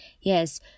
Yes